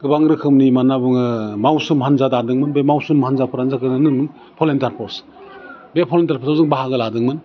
गोबां रोखोमनि मा होन्ना बुङो मावसोम हान्जा दादोंमोन बे मावसोम हान्जाफ्रानो जादोंमोन भलुन्टियार फर्स बे भलुन्टियार फर्सआव जों बाहागो लादोंमोन